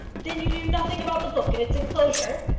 then you knew nothing about the book and its enclosure?